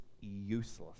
useless